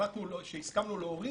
שהסכמנו להוריד,